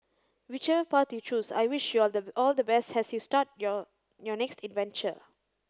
whichever path you choose I wish you the all the best as you start your your next adventure